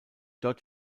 dort